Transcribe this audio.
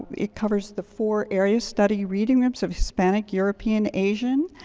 it covers the four areas, study reading them, so hispanic, european, asian,